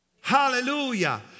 Hallelujah